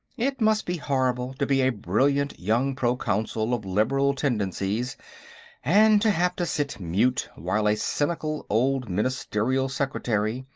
it must be horrible to be a brilliant young proconsul of liberal tendencies and to have to sit mute while a cynical old ministerial secretary,